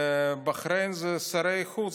בחריין, אלה שרי חוץ